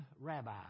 rabbi